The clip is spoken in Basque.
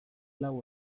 lau